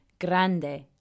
Grande